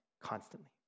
constantly